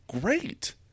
great